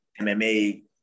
MMA